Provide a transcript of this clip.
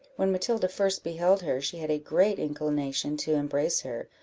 when matilda first beheld her she had a great inclination to embrace her,